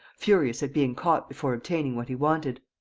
furious at being caught before obtaining what he wanted.